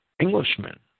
Englishmen